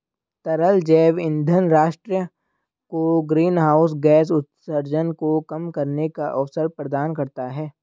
तरल जैव ईंधन राष्ट्र को ग्रीनहाउस गैस उत्सर्जन को कम करने का अवसर प्रदान करता है